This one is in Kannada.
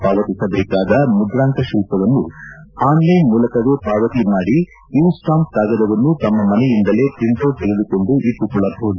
ಪಾವತಿಸದೇಕಾದ ಮುದ್ರಾಂಕ ಶುಲ್ಕವನ್ನು ಆನ್ಲೈನ್ ಮೂಲಕವೇ ಪಾವತಿ ಮಾಡಿ ಇ ಸ್ವಾಂಪ್ ಕಾಗದವನ್ನು ತಮ್ಮ ಮನೆಯಿಂದಲೇ ಪ್ರಿಂಟೌಟ್ ತೆಗೆದುಕೊಂಡು ಇಟ್ಟುಕೊಳ್ಳಬಹುದು